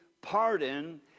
pardon